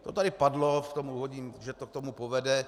To tady padlo v tom úvodním, že to k tomu povede.